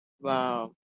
wow